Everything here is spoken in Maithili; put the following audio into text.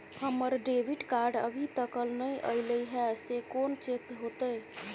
हमर डेबिट कार्ड अभी तकल नय अयले हैं, से कोन चेक होतै?